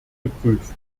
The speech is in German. geprüft